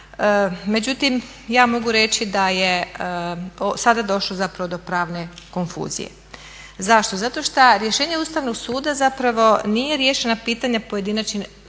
međutim ja mogu reći da je sada došlo zapravo do pravne konfuzije. Zašto? Zato šta rješenje Ustavnog suda zapravo nije riješeno pitanje pojedinačnih